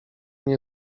nie